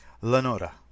Lenora